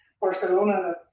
Barcelona